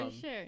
sure